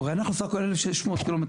אנחנו לא רוצים נשקים.